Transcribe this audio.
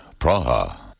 Praha